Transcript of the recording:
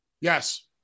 Yes